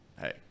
hey